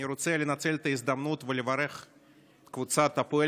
אני רוצה לנצל את ההזדמנות ולברך את קבוצת הפועל